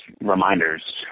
reminders